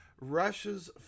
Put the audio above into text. Russia's